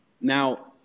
now